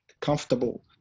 comfortable